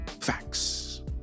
facts